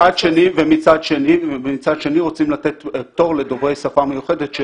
-- מצד שני רוצים לתת פטור לדוברי שפה מיוחדת,